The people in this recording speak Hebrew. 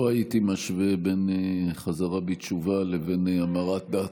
לא הייתי משווה בין חזרה בתשובה לבין המרת דת.